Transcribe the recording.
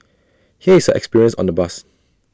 here is experience on the bus